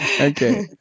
Okay